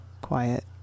quiet